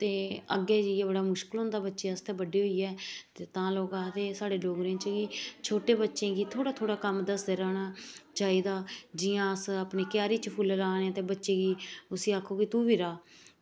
ते अग्गें जाइयै बड़ा मुश्कल होंदा बड्डे होइयै ते तां लोग आक्खदे साढ़े डोगरी बिच छोटे बच्चें गी थोह्ड़ा थोह्ड़ा कम्म दस्सदे रौह्ना चाहिदा जियां अस अपनी क्यारी च फुल्ल लान्ने उस्सी आक्खगे तूं गै राह्